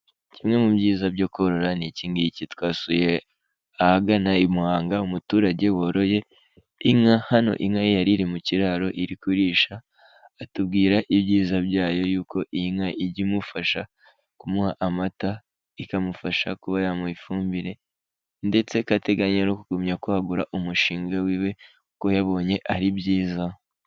Kimwe mu byiza byo korora ni iki ngiki. Twasuye ahagana i Muhanga umuturage woroye inka hano inka ye yari iri mu kiraro iri kurisha, atubwira ibyiza byayo y'uko iyi nka ijya imufasha kumuha amata, ikamufasha kuba yamuha ifumbire. Ndetse ko ateganya kugumya kwagura umushinga w'iwe kuko yabonye ari byiza.